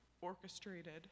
orchestrated